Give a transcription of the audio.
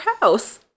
house